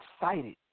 excited